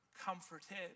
comforted